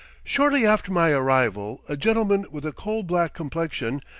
shortly after my arrival, a gentleman with a coal-black complexion,